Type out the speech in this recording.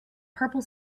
purple